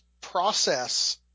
process